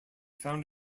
found